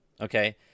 Okay